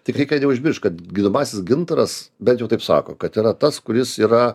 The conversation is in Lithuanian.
tik reikia neužmiršt kad gydomasis gintaras bent jau taip sako kad yra tas kuris yra